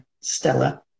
Stella